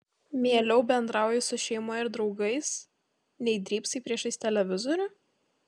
mieliau bendrauji su šeima ir draugais nei drybsai priešais televizorių